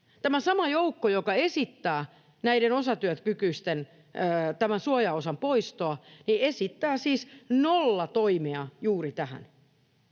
Tämä sama joukko, joka esittää näiden osatyökykyisten suojaosan poistoa, esittää siis nolla toimea juuri tähän.